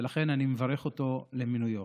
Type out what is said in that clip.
ולכן אני מברך אותו על מינויו.